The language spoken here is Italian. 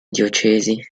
diocesi